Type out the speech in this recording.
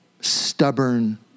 stubborn